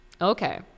Okay